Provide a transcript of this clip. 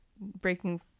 breaking